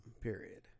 period